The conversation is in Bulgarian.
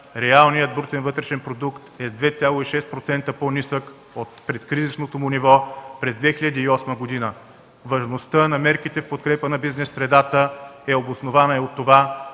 реалният брутен вътрешен продукт е 2,6% по-нисък от предкризисното му ниво през 2008 г. Важността на мерките, в подкрепа на бизнес средата, е обоснована и от това,